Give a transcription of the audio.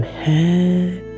head